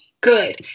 good